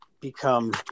become